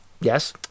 Yes